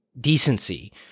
decency